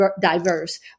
diverse